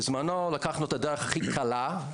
בזמנו לקחנו את הדרך הכי קלה,